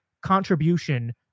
contribution